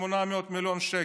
800 מיליון שקל.